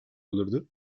olurdu